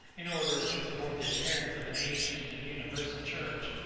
in order to support the appearance of an ancient and universal church,